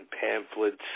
pamphlets